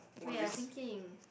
wait I thinking